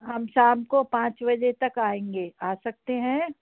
हम शाम को पाँच बजे तक आएँगे आ सकते हैं